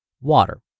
Water